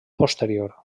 posterior